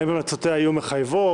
האם המלצותיה יהיו מחייבות,